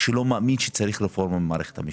שלא מאמין שצריך רפורמה במערכת המשפט,